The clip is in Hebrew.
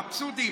מבסוטים.